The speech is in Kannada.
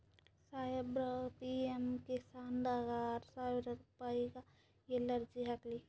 ಸಾಹೇಬರ, ಪಿ.ಎಮ್ ಕಿಸಾನ್ ದಾಗ ಆರಸಾವಿರ ರುಪಾಯಿಗ ಎಲ್ಲಿ ಅರ್ಜಿ ಹಾಕ್ಲಿ?